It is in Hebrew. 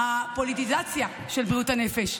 "הפוליטיזציה של בריאות הנפש".